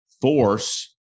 force